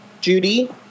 Judy